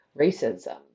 racism